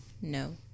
No